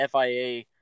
FIA